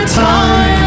time